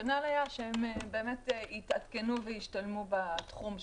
הרציונל היה שהם באמת יתעדכנו וישתלמו בתחום שלהם.